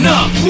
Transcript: up